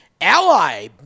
ally